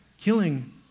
killing